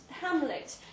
Hamlet